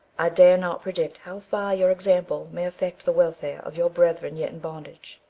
i dare not predict how far your example may affect the welfare of your brethren yet in bondage.